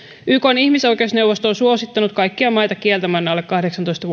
ykn ihmisoikeusneuvosto on suosittanut kaikkia maita kieltämään alle kahdeksantoista